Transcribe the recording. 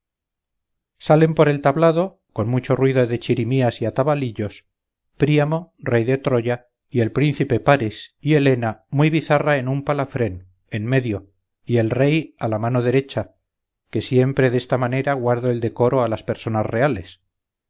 salen por el tablado con mucho ruido de chirimías y atabalillos príamo rey de troya y el príncipe paris y elena muy bizarra en un palafrén en medio y el rey a la mano derecha que siempre desta manera guardo el decoro a las personas reales y luego tras ellos en palafrenes negros de la